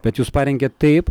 bet jūs parengėt taip